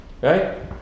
right